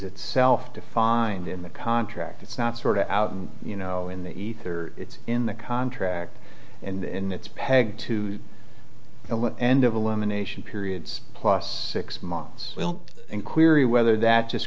itself defined in the contract it's not sort of out you know in the ether it's in the contract and it's pegged to end of elimination periods plus six months in query whether that just